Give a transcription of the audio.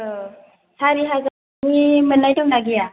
सारि हाजारनि मोननाय दंना गैया